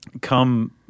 come